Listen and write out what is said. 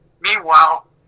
Meanwhile